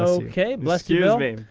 ok. bless you, bill.